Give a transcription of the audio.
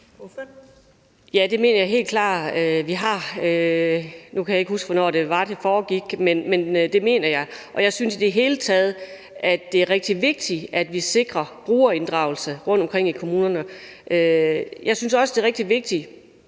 Ja, det mener jeg helt klart vi har. Nu kan jeg ikke huske, hvornår det var, det foregik, men det mener jeg. Jeg synes i det hele taget, at det er rigtig vigtigt, at vi sikrer brugerinddragelse rundtomkring i kommunerne. Jeg synes også, det er rigtig vigtigt,